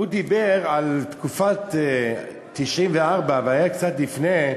הוא דיבר על תקופת 1994, קצת לפני,